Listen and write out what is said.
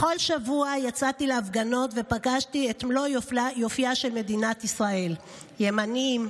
בכל שבוע יצאתי להפגנות ופגשתי את מלוא יופייה של מדינת ישראל: ימנים,